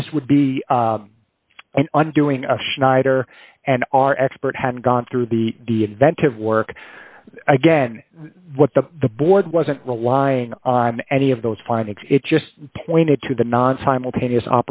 is would be an on doing a schneider and our expert had gone through the be inventive work again what the the board wasn't relying on any of those findings it just pointed to the non simultaneous